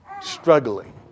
struggling